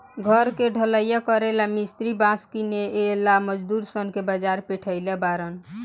घर के ढलइया करेला ला मिस्त्री बास किनेला मजदूर सन के बाजार पेठइले बारन